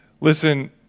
listen